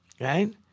right